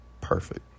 perfect